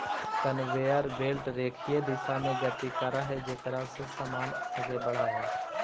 conveyor belt रेखीय दिशा में गति करऽ हई जेकरा से समान आगे बढ़ऽ हई